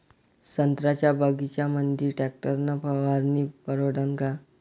संत्र्याच्या बगीच्यामंदी टॅक्टर न फवारनी परवडन का?